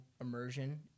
immersion